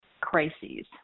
crises